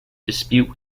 dispute